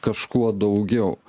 kažkuo daugiau